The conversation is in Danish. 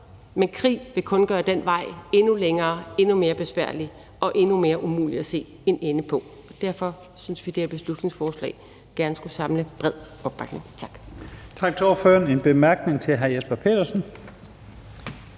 men krig vil kun gøre den vej endnu længere, endnu mere besværlig og endnu mere umulig at se en ende på. Derfor synes vi, at det her beslutningsforslag gerne skulle samle bred opbakning. Tak.